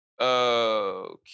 Okay